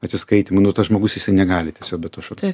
atsiskaitymų nu tas žmogus jisai negali tiesiog be to šuns